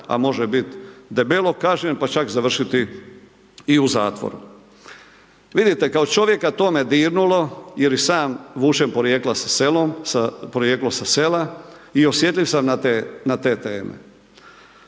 a može bit debelo kažnjen, pa čak završiti i u zatvoru. Vidite, kao čovjeka to me dirnulo jer i sam vučem porijekla sa selom, porijeklom sa sela